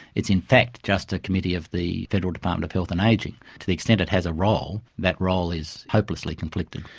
it's in fact just a committee of the federal department of health and ageing. to the extent it has a role, that role is hopelessly conflicted.